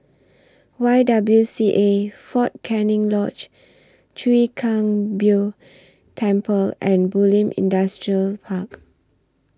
Y W C A Fort Canning Lodge Chwee Kang Beo Temple and Bulim Industrial Park